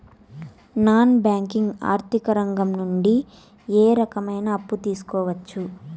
Non banking ఆర్థిక రంగం నుండి ఏ రకమైన అప్పు తీసుకోవచ్చు?